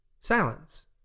Silence